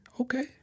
Okay